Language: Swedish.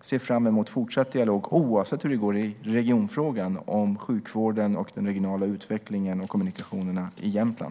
ser fram emot en fortsatt dialog, oavsett hur det går i regionfrågan, om sjukvården och den regionala utvecklingen och kommunikationerna i Jämtland.